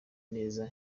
neza